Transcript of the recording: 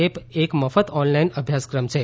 app એક મફત online અભ્યાસક્રમ છે